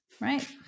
Right